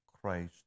Christ